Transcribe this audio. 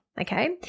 okay